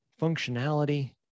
functionality